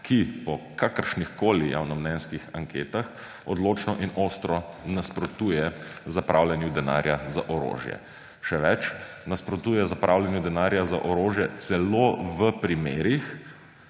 ki po kakršnihkoli javnomnenjskih anketah odločno in ostro nasprotuje zapravljanju denarja za orožje. Še več, nasprotuje zapravljanju denarja za orožje celo v primerih,